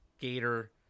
gator